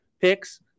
picks